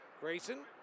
Grayson